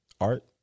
art